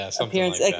appearance